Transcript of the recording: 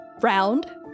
Round